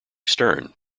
stern